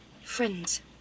friends